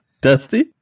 Dusty